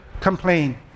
complain